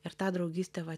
ir tą draugystę va